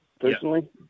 personally